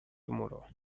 tomorrow